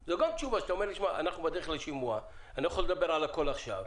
אתה אומר לי שאתם בדרך לשימוע ואתה לא יכול לדבר על הכול עכשיו,